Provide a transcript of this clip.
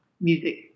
music